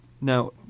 Now